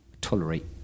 tolerate